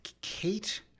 Kate